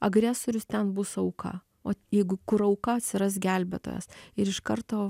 agresorius ten bus auka o jeigu kur auka atsiras gelbėtojas ir iš karto